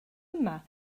yma